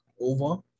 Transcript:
over